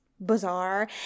bizarre